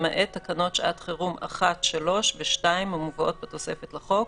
למעט תקנות שעת חירום 1(3) ו-(2) המובאות בתוספת לחוק,